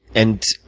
and